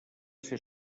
ser